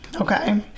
okay